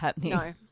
No